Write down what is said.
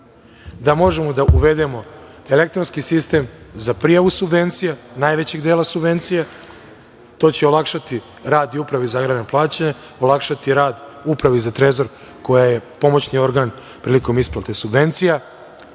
da možemo da uvedemo elektronski sistem za prijavu subvencija, najvećeg dela subvencija, to će olakšati i rad Upravi za agrarna plaćanja, olakšati rad Upravi za Trezor koja je pomoćni organ prilikom isplate subvencija,